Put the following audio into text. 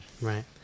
Right